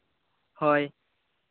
ᱦᱳᱭ